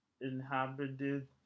inhabited